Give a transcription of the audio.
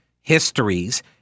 histories